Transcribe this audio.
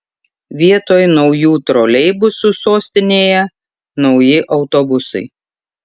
vietoj naujų troleibusų sostinėje nauji autobusai